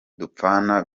dupfana